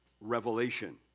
revelation